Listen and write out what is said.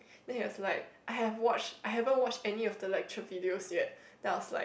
then he was like I have watched I haven't watch any of the lecture videos yet then I was like